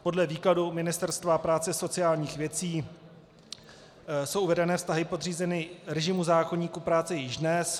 Podle výkladu Ministerstva práce a sociálních věcí jsou uvedené vztahy podřízeny režimu zákoníku práce již dnes.